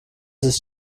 ist